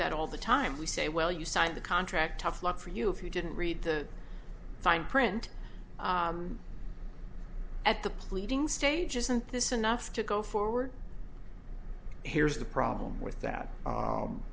that all the time we say well you signed the contract tough luck for you if you didn't read the fine print at the pleading stage isn't this enough to go forward here's the problem with that